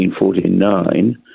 1949